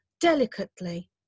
delicately